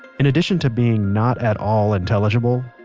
in addition to being not at all intelligible,